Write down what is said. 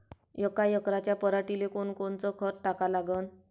यका एकराच्या पराटीले कोनकोनचं खत टाका लागन?